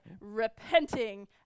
repenting